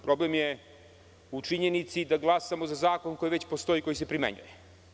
Problem je u činjenici da glasamo za zakon koji već postoji i koji se primenjuje.